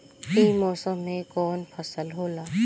ई मौसम में कवन फसल होला?